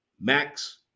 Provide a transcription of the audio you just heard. Max